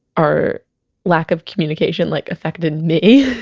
our lack of communication like affected me.